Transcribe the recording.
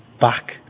back